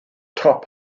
top